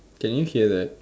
can you hear that